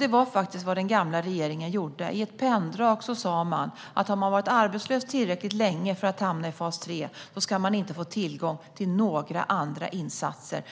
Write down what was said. Det var faktiskt vad den gamla regeringen gjorde när den i ett penndrag bestämde att om man hade varit arbetslös tillräckligt länge för att hamna i fas 3 skulle man placeras där och inte få tillgång till några andra insatser